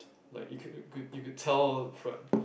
like you could you could you could tell from